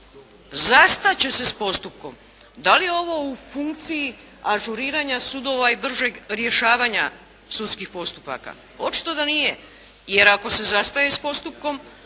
Zastat će se s postupkom. Da li je ovo u funkciji ažuriranja sudova i bržeg rješavanja sudskih postupaka? Očito da nije. Jer ako se zastaje s postupkom,